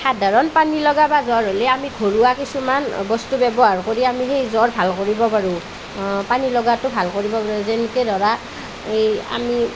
সাধাৰণ পানী লগা বা জ্বৰ হ'লে আমি ঘৰুৱা কিছুমান বস্তু ব্যৱহাৰ কৰি আমি জ্বৰ ভাল কৰিব পাৰোঁ পানী লগাটো ভাল কৰিব পাৰোঁ যেনেকৈ ধৰা এই আমি